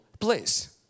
place